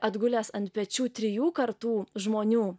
atgulęs ant pečių trijų kartų žmonių